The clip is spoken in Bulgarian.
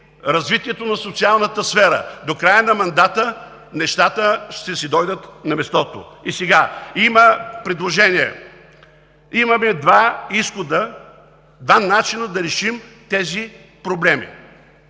развитието на социалната сфера. До края на мандата нещата ще си дойдат на мястото. Има предложение. Имаме два начина да решим тези проблеми